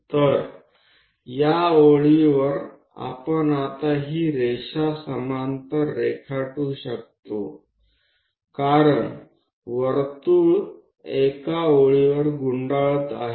तर या ओळीवर आपण आता ही रेषा समांतर रेखाटू शकतो कारण वर्तुळ एका ओळीवर गुंडाळत आहे